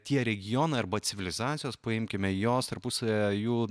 tie regionai arba civilizacijos paimkime jos tarpusavyje jų